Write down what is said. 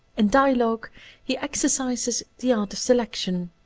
in dialogue he exercises the art of selection.